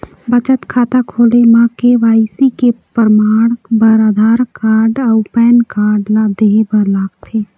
बचत खाता खोले म के.वाइ.सी के परमाण बर आधार कार्ड अउ पैन कार्ड ला देहे बर लागथे